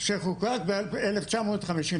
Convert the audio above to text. שחוקק ב-1954,